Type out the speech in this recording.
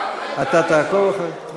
רגע, אדוני, מה,